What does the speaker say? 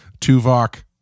tuvok